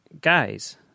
Guys